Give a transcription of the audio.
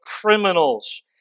criminals